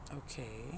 okay